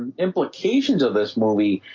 and implications of this movie,